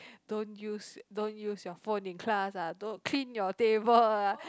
don't use don't use your phone in class ah don't clean your table ah